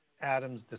Adam's